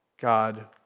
God